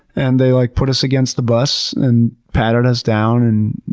and they like put us against the bus, and patted us down. and